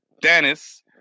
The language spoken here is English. Dennis